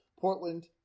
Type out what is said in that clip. Portland